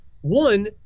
One